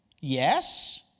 Yes